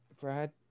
Brad